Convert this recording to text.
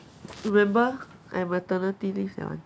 remember I maternity leave that one